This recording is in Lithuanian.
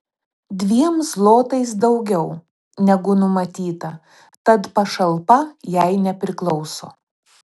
dviem zlotais daugiau negu numatyta tad pašalpa jai nepriklauso